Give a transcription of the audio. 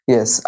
Yes